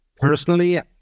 personally